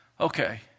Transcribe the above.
okay